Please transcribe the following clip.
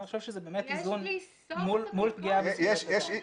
אני חושב שזה באמת איזון מול פגיעה בזכויות אדם.